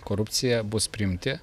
korupciją bus priimti